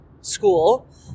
school